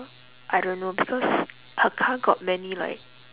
I don't know because her car got many like